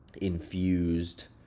infused